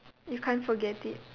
you can't forget it